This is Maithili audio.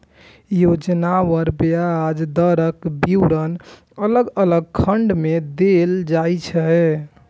योजनावार ब्याज दरक विवरण अलग अलग खंड मे देल जाइ छै